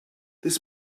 this